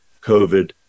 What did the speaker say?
COVID